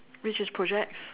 which is projects